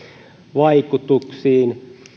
vaikutuksiin